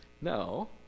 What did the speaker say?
No